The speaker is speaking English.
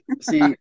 see